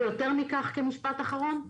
ויותר מכך, כמשפט אחרון,